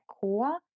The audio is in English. core